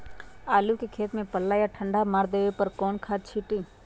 आलू के खेत में पल्ला या ठंडा मार देवे पर कौन खाद छींटी?